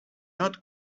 not